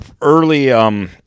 early